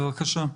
בבקשה.